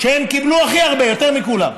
שהם קיבלו הכי הרבה, יותר מכולם,